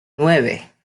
nueve